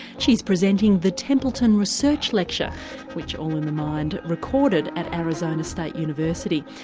she's presenting the templeton research lecture which all in the mind recorded at arizona state university.